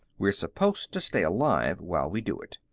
we're supposed to stay alive while we do it.